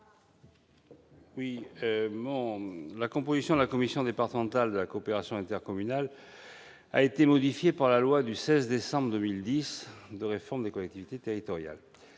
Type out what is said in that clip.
La composition de la commission départementale de la coopération intercommunale a été modifiée par la loi du 16 décembre 2010 de réforme des collectivités territoriales.